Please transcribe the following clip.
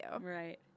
Right